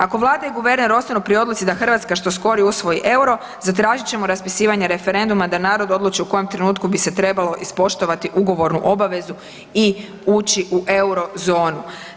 Ako Vlada i guverner ostanu pri odluci da Hrvatska što skorije usvoji EUR-o zatražit ćemo raspisivanje referenduma da narod odluči u kojem trenutku bi se trebalo ispoštovati ugovornu obavezu i ući u Eurozonu.